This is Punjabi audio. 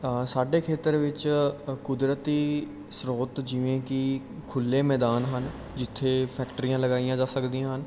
ਸਾਡੇ ਖੇਤਰ ਵਿੱਚ ਅ ਕੁਦਰਤੀ ਸਰੋਤ ਜਿਵੇਂ ਕਿ ਖੁੱਲ੍ਹੇ ਮੈਦਾਨ ਹਨ ਜਿੱਥੇ ਫੈਕਟਰੀਆਂ ਲਗਾਈਆਂ ਜਾ ਸਕਦੀਆਂ ਹਨ